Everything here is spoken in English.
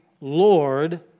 Lord